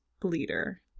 Bleeder